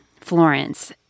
florence